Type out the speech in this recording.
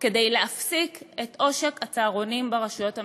כדי להפסיק את עושק הצהרונים ברשויות המקומיות.